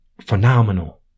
phenomenal